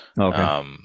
Okay